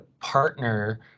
partner